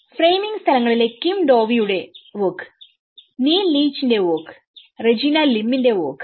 framing സ്ഥലങ്ങളിലെ Kim ഡോവിയുടെKim Doveysവർക്ക് നീൽ ലീച്ച്ന്റെ വർക്ക് റെജീന ലിമ്മിന്റെRegina Limsവർക്ക്